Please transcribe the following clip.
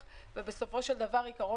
הכוללת את הפרטים כאמור בתוספת הרביעית,